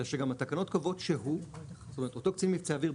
אלא שגם התקנות קובעות שאותו קצין מבצעי אוויר,